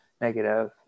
negative